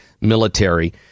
military